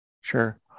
sure